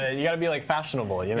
ah and you gotta be like fashionable. yeah